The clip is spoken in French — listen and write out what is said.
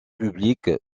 public